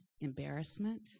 embarrassment